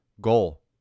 goal